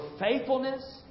faithfulness